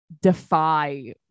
defy